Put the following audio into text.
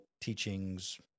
teachings